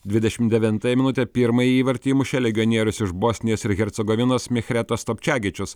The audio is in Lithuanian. dvidešimt devintąją minutę pirmąjį įvartį įmušė legionierius iš bosnijos ir hercegovinos mihretas topčiagičius